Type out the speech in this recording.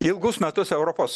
ilgus metus europos